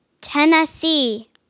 Tennessee